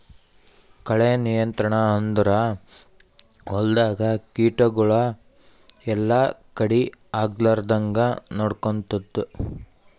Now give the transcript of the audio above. ಕಳೆ ನಿಯಂತ್ರಣ ಅಂದುರ್ ಹೊಲ್ದಾಗ ಕೀಟಗೊಳ್ ಎಲ್ಲಾ ಕಡಿ ಆಗ್ಲಾರ್ದಂಗ್ ನೊಡ್ಕೊತ್ತುದ್